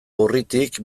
urritik